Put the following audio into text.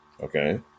okay